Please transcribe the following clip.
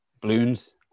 balloons